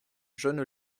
jeune